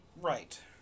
right